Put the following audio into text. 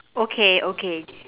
okay okay